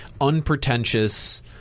unpretentious